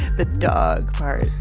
the dog part.